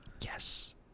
Yes